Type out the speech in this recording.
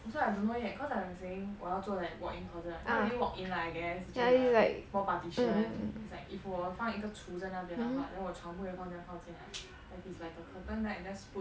that's why I don't know yet cause I'm saying 我要做 like walk in closet not really walk in lah I guess it's just a small partition its like if 我放一个橱在那边的话 then 我的床不可以放太靠京 ah like if it's a curtain then I just put